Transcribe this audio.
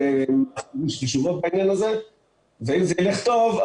אם זה ילך טוב,